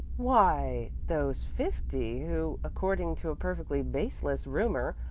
why, those fifty who, according to a perfectly baseless rumor,